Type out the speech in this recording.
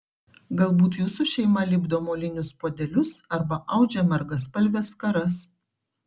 galbūt jūsų šeima lipdo molinius puodelius arba audžia margaspalves skaras